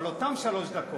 אבל אותן שלוש דקות.